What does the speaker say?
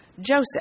Joseph